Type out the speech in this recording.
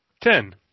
Ten